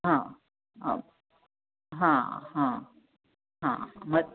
हां हां हां हां मग